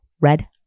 red